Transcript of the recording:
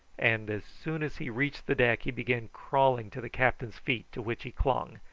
and as soon as he reached the deck he began crawling to the captain's feet, to which he clung,